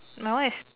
my one is